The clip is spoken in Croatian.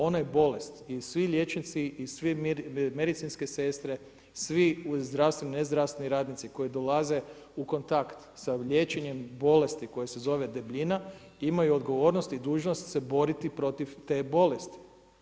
Ona je bolest i svi liječnici i svi medicinske sestre, svi zdravstveni, nezdravstveni radnici koji dolaze u kontakt sa liječenjem bolesti koja se zove debljina imaju odgovornost i dužnost se boriti protiv te bolesti.